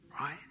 Right